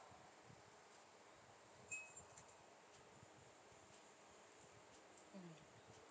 mm